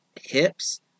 hips